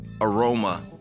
aroma